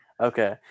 Okay